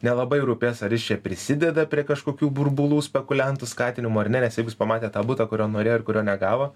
nelabai rūpės ar jis čia prisideda prie kažkokių burbulų spekuliantų skatinimo ar ne nes jeigu jis pamatė tą butą kurio norėjo ir kurio negavo